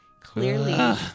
Clearly